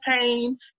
pain